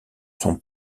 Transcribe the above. son